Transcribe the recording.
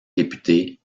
député